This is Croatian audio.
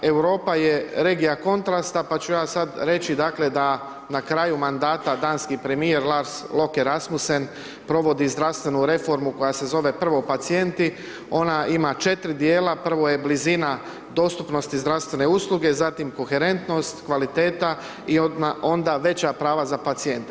Europa je regija kontrasta, pa ću ja sad reći, dakle, da na kraju mandata, danski premijer Lars Loekke Rasmussen, provodi zdravstvenu reformu koja se zove Prvo pacijenti, ona ima 4 dijela, prvo je blizina dostupnosti zdravstvene usluge, zatim koherentnost, kvaliteta i onda veća prava za pacijente.